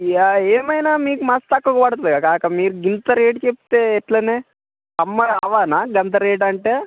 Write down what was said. ఇగ ఏమైనా మీకు మస్త్ తక్కువ పడుతుంది కదా కాకా మీరు ఇంత రేటు చెప్తే ఎట్లనే అమ్మ అవ్వనా అంత రేట్ అంటే